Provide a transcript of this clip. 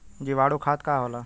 जीवाणु खाद का होला?